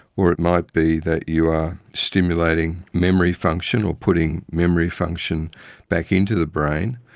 or it might be that you are stimulating memory function or putting memory function back into the brain.